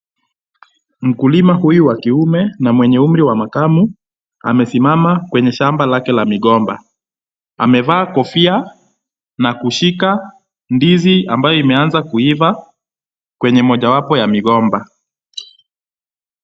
Mkulima huyu wa kiume na mwenye umri ya makamo amesimama kwenye shamba lake la migomba, amevaa kofia na kushika ndizi ambayo imeanza imeiva kwenye mojawapo ya migomba.